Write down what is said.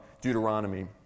Deuteronomy